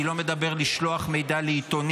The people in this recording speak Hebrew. אני לא מדבר על שליחת מידע לעיתונים,